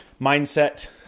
mindset